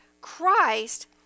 Christ